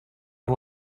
per